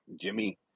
Jimmy